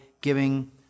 giving